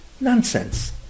nonsense